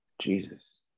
Jesus